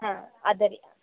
ಹಾಂ ಅದೆ ರೀ